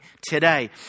today